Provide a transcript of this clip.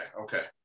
Okay